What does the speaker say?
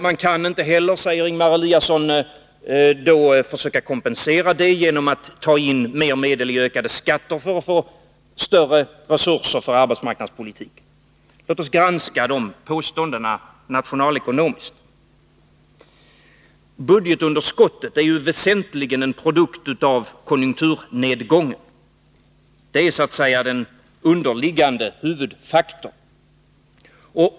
Man kan inte heller, säger Ingemar Eliasson, försöka kompensera det genom att ta in mer medel i skatter för att få större resurser för arbetsmarknadspolitiken. Låt oss granska de påståendena nationalekonomiskt. Budgetunderskottet är ju väsentligen en produkt av konjunkturnedgången. Denna är så att säga den underliggande huvudfaktorn.